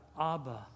Abba